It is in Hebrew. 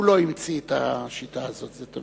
הוא לא המציא את השיטה הזאת.